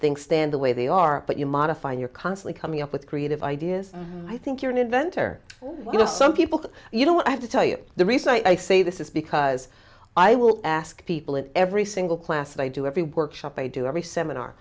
things stand the way they are but you modify you're constantly coming up with creative ideas i think you're an inventor you know some people you don't have to tell you the reason i say this is because i will ask people in every single class i do every workshop i do every seminar